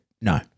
No